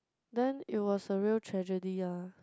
then it was a real tragedy ah